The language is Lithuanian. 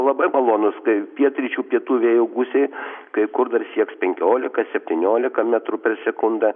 labai malonus kai pietryčių pietų vėjo gūsiai kai kur dar sieks penkiolika septyniolika metrų per sekundę